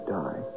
die